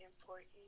important